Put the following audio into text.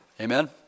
Amen